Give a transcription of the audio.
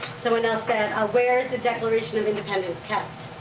someone else said, ah where is the declaration of independence kept?